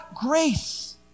grace